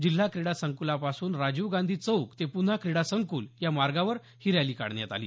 जिल्हा क्रीडा संकुलापासून राजीव गांधी चौक ते पुन्हा क्रीडा संकुल या मार्गावर ही रॅली काढण्यात आली